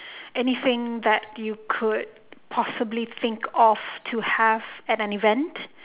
anything that you could possibly think of to have at an event